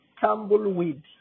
tumbleweed